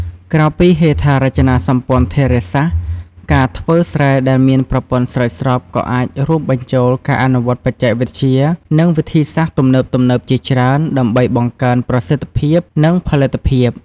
ក្រៅពីហេដ្ឋារចនាសម្ព័ន្ធធារាសាស្ត្រ ការធ្វើស្រែដែលមានប្រព័ន្ធស្រោចស្រពក៏អាចរួមបញ្ចូលការអនុវត្តបច្ចេកវិទ្យា និងវិធីសាស្ត្រទំនើបៗជាច្រើនដើម្បីបង្កើនប្រសិទ្ធភាព និងផលិតភាព។